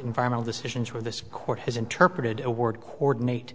environmental decisions where this court has interpreted a word coordinate